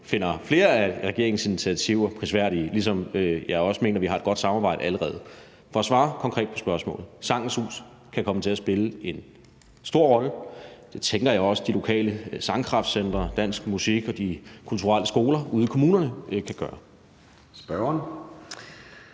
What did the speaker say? finder flere af regeringens initiativer prisværdige, ligesom jeg også mener, at vi allerede har et godt samarbejde. For at svare konkret på spørgsmålet: Sangens Hus kan komme til at spille en stor rolle, og det tænker jeg også at de lokale sangkraftcentre, dansk musik og de kulturelle skoler ude i kommunerne kan gøre. Kl.